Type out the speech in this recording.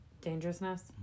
dangerousness